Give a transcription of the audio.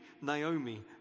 naomi